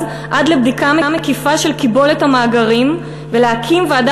עד לבדיקה מקיפה של קיבולת המאגרים ולהקים ועדה